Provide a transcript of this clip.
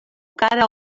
cara